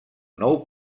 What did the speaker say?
nou